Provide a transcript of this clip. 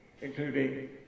including